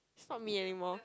it's not me anymore